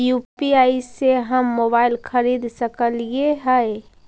UPI से हम mobile खरिद सकलिऐ है